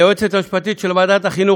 ליועצת המשפטית של ועדת החינוך,